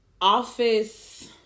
office